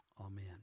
Amen